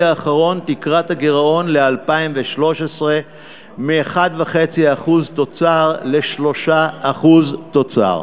האחרון תקרת הגירעון ל-2013 מ-1.5% תוצר ל-3% תוצר.